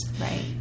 right